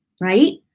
Right